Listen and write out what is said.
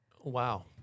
Wow